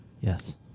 Yes